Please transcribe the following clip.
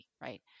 right